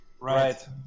Right